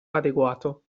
adeguato